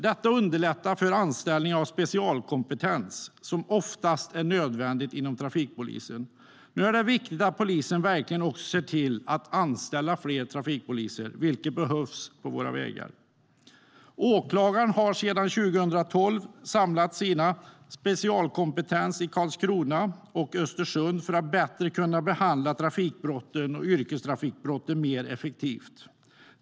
Det underlättar för anställning av specialkompetens, vilket oftast är nödvändigt inom trafikpolisen. Nu är det viktigt att polisen också verkligen ser till att anställa fler trafikpoliser, vilket behövs på våra vägar. Åklagaren har sedan november 2012 samlat sin specialkompetens i Karlskrona och Östersund, för att kunna behandla trafikbrotten och yrkestrafikbrotten mer effektivt.